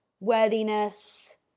worthiness